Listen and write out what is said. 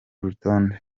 rutonde